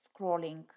scrolling